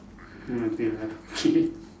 ah 对 lah okay